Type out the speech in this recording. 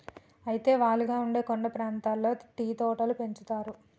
అయితే వాలుగా ఉండే కొండ ప్రాంతాల్లో టీ తోటలు పెంచుతారు